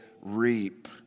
reap